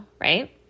right